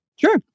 sure